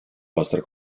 vostra